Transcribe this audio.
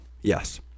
Yes